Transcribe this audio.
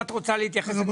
אם את רוצה להתייחס.